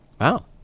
Wow